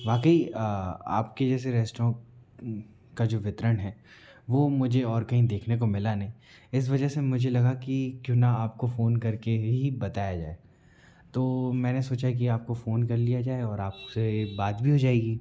वाकई आपके जैसे रेस्टों का जो वितरण है वो मुझे और कहीं देखने को मिला नई इस वजह से मुझे लगा क्यों ना आपको फोन करके ही बताया जाए तो मैंने सोचा कि आपको फोन कर लिया जाए और आपसे बात भी हो जाएगी